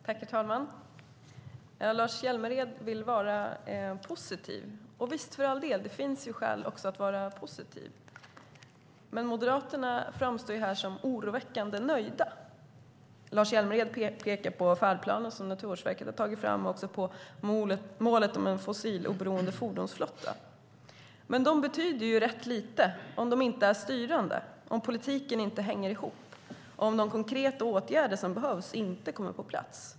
Herr talman! Lars Hjälmered vill vara positiv. Och, visst, för all del finns det skäl att också vara positiv. Men Moderaterna framstår här som oroväckande nöjda. Lars Hjälmered pekar på färdplanen som Naturvårdsverket har tagit fram och på målet om en fossiloberoende fordonsflotta. Men det betyder ju rätt lite om det inte är styrande, om politiken inte hänger ihop, om de konkreta åtgärder som behövs inte kommer på plats.